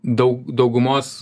daug daugumos